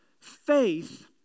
faith